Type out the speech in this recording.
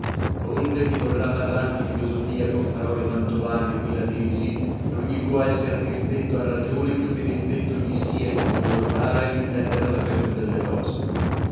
onde chi vorrà parlar di filosofia con parole mantovane o milanesi non gli può esser disdetto a ragione più che disdetto gli sia il filosofare e lintender la cagion delle cose